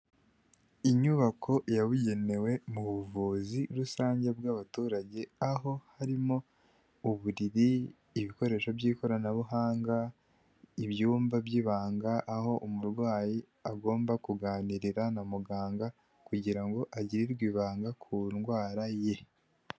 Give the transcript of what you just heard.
Inyubako yabugenewe mu buvuzi rusange bw’abaturage. Aho harimo uburiri, ibikoresho by’ikoranabuhanga, ibyumba by’ibanga. Aho umurwayi agomba kuganirira na muganga kugirango agirirwe ibanga ku ndwara ye.